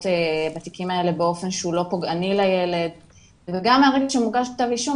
בתיקים האלה באופן שהוא לא פוגעני לילד וגם מהרגע שמוגש כתב אישום,